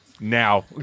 Now